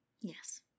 Yes